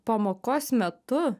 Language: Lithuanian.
pamokos metu